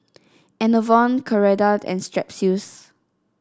Enervon Ceradan and Strepsils